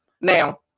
Now